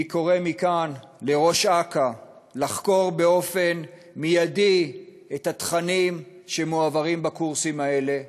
אני קורא מכאן לראש אכ"א לחקור מייד את התכנים שמועברים בקורסים האלה.